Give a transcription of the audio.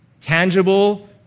tangible